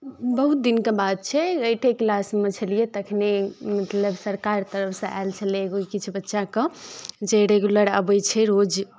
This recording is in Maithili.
बहुत दिनके बात छै एटे क्लासमे छलियै तखनहि मतलब सरकारके तरफसँ आयल छलै किछु बच्चाकेँ जे रेगुलर अबै छै रोज